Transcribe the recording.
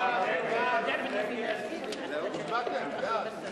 הצעת סיעות